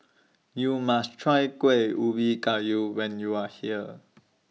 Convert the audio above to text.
YOU must Try Kuih Ubi Kayu when YOU Are here